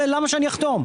למה שאני אחתום?